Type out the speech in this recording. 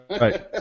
Right